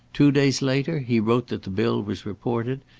two days later he wrote that the bill was reported,